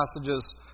passages